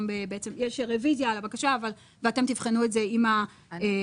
בעצם יש רוויזיה על הבקשה ואתם תבחנו את זה עם המבקר.